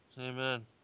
Amen